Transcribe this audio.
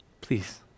Please